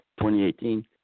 2018